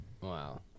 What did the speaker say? Wow